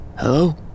Hello